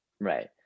Right